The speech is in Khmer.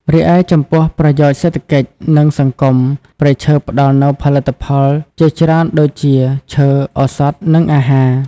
រីឯចំពោះប្រយោជន៍សេដ្ឋកិច្ច និងសង្គម ព្រៃឈើផ្ដល់នូវផលិតផលជាច្រើនដូចជាឈើ ឱសថ និងអាហារ។